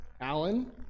Alan